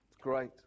Great